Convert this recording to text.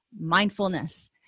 Mindfulness